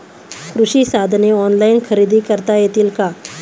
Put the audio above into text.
कृषी साधने ऑनलाइन खरेदी करता येतील का?